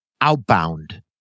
outbound